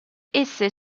esse